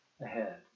ahead